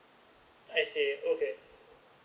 I see okay